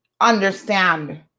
understand